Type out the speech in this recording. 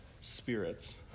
spirits